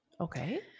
Okay